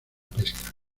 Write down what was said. pesca